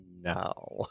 now